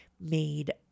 made